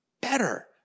better